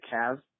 calves